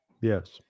Yes